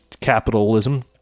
capitalism